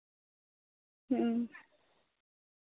ᱦᱮᱸ